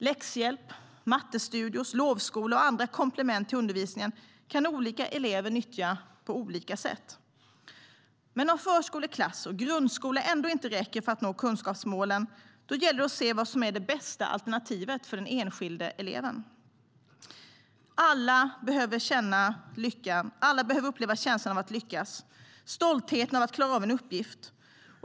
Läxhjälp, mattestudior, lovskola och andra komplement till undervisningen kan olika elever nyttja på olika sätt. Men om förskoleklass och grundskola ändå inte räcker för att nå kunskapsmålen gäller det att se vad som är det bästa alternativet för den enskilda eleven. Alla behöver uppleva känslan av att lyckas, stoltheten av att klara av en uppgift.